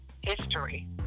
history